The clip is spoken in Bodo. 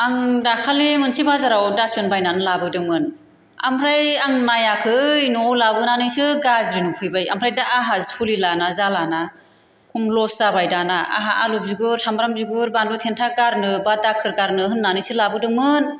आं दाखालि मोनसे बाजाराव दासबिन बायनानै लाबोदोंमोन ओमफ्राय आं नायाखै न'आव लाबोनानैसो गाज्रि नुफैबाय ओमफ्राय दा आहा सलिलाना जालाना खम लस जाबाय दाना आहा आलु बिगुर सामब्राम बिगुर बानलु थेन्था गारनोबा दाखोर गारनो होन्नानैसो लाबोदोंमोन